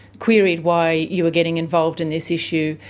queried why you were getting involved in this issue,